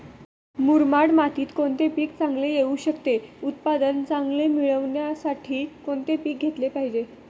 मुरमाड मातीत कोणते पीक चांगले येऊ शकते? उत्पादन चांगले मिळण्यासाठी कोणते पीक घेतले पाहिजे?